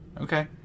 Okay